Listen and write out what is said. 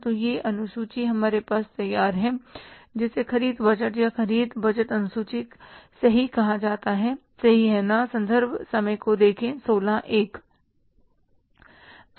तो यह अनुसूची हमारे पास तैयार है जिसे ख़रीद बजट या ख़रीद बजट अनुसूची सही कहा जाता है सही है ना